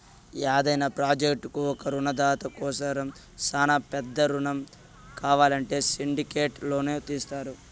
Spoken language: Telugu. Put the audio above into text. యాదైన ప్రాజెక్టుకు ఒకే రునదాత కోసరం శానా పెద్ద రునం కావాలంటే సిండికేట్ లోను తీస్తారు